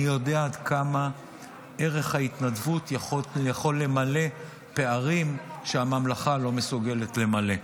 אני יודע כמה ערך ההתנדבות יכול למלא פערים שהממלכה לא מסוגלת למלא.